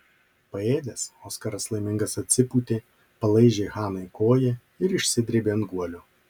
paėdęs oskaras laimingas atsipūtė palaižė hanai koją ir išsidrėbė ant guolio